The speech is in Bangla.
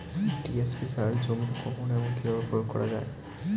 টি.এস.পি সার জমিতে কখন এবং কিভাবে প্রয়োগ করা য়ায়?